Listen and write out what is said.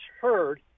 heard